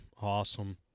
Awesome